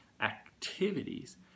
activities